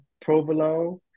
provolone